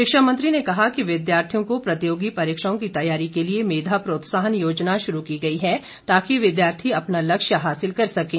शिक्षा मंत्री ने कहा कि विद्यार्थियों को प्रतियोगी परीक्षाओं की तैयारी के लिए मेघा प्रोत्साहन योजना शुरू की गई है ताकि विद्यार्थी अपना लक्ष्य हासिल कर सकें